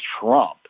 Trump